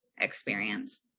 experience